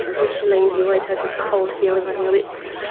when she leaves, you always have this cold feeling on your lips,